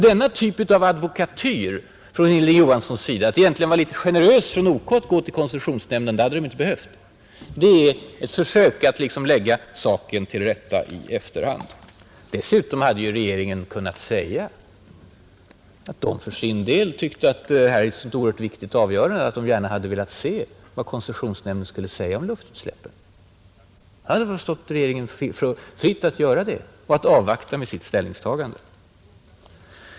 Den typ av advokatyr från Hilding Johanssons sida som vi nu hört — att det egentligen var generöst av OK att gå till koncessionsnämnden, eftersom företaget inte hade behövt göra det — är alltså bara ett försök att lägga saken till rätta i efterhand. Dessutom hade ju regeringen kunnat säga att den för sin del tyckte att det här var ett så viktigt avgörande att den velat se vad koncessionsnämnden skulle säga om luftutsläppen. Det hade stått regeringen fritt att göra det och att avvakta med sitt ställningstagande.